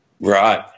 Right